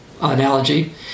analogy